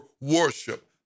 worship